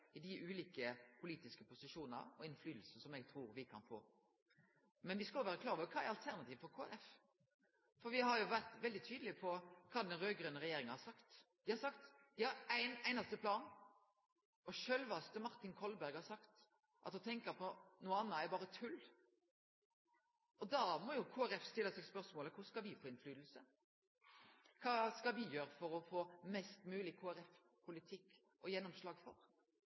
for dei som treng det mest, og det kjem Kristeleg Folkeparti til å gjere når det gjeld ulike politiske posisjonar og innverknad som eg trur me kan få. Men me skal òg vere klar over kva alternativet er for Kristeleg Folkeparti. Me har jo vore veldig tydelege på kva den raud-grøne regjeringa har sagt. Dei har sagt at dei har ein einaste plan, og sjølvaste Martin Kolberg har sagt at å tenkje på noko anna er berre tull. Da må jo Kristeleg Folkeparti stille seg spørsmålet: Korleis skal me få innverknad? Kva skal me gjere for å